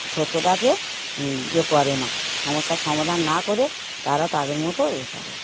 সত্যটাকে ইয়ে করে না সমস্যার সমাধান না করে তারা তাদের মতো এ করে